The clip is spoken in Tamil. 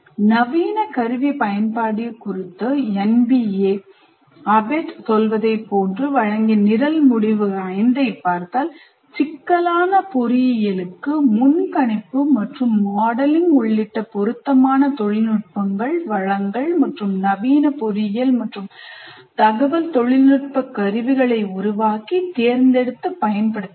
நவீன கருவி பயன்பாடு குறித்து NBA ABET சொல்வதைப் போன்றது வழங்கிய நிரல் முடிவு 5ஐ பார்த்தால் சிக்கலான பொறியியலுக்கு முன்கணிப்பு மற்றும் மாடலிங் உள்ளிட்ட பொருத்தமான நுட்பங்கள் வளங்கள் மற்றும் நவீன பொறியியல் மற்றும் தகவல் தொழில்நுட்ப கருவிகளை உருவாக்கி தேர்ந்தெடுத்துப் பயன்படுத்துங்கள்